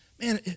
man